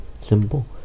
simple